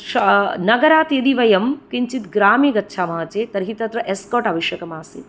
नगरात् यदि वयं किञ्चिद् ग्रामे गच्छामः चेत् तर्हि तत्र एस्कोट् आवश्यकम् आसीत्